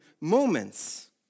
moments